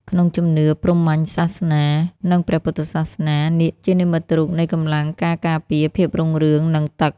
ក្នុងជំនឿព្រហ្មញ្ញសាសនា និងព្រះពុទ្ធសាសនា នាគជានិមិត្តរូបនៃកម្លាំង ការការពារ ភាពរុងរឿង និងទឹក។